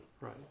Right